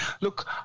look